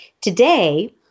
Today